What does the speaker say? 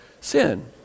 sin